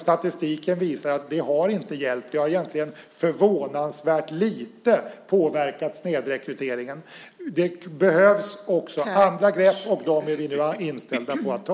Statistiken visar att det inte har hjälpt. Det har egentligen påverkat snedrekryteringen förvånansvärt lite. Det behövs också andra grepp som vi är inställda på att ta.